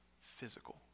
physical